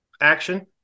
action